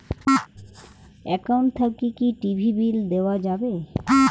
Account থাকি কি TV bill দেওয়া যাবে?